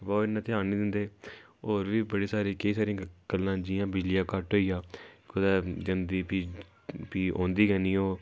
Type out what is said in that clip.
बा इन्ना ध्यान नी दिंदे होर बी बड़ी सारी केईं सारियां गल्लां न जियां बिजली दा कट्ट होई गेआ कुदै जंदी फ्ही फ्ही औंदी गै नी ओह्